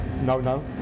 no-no